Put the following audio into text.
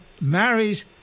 marries